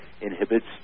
inhibits